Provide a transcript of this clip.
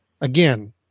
Again